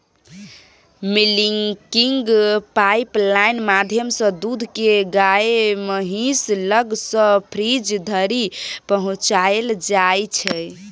milking pipeline माध्यमसँ दुध केँ गाए महीस लग सँ फ्रीज धरि पहुँचाएल जाइ छै